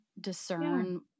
discern